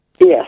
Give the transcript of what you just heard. Yes